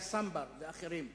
אליאס סנבר ואחרים.